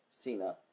Cena